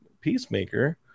Peacemaker